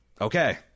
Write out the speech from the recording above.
Okay